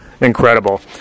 Incredible